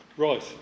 Right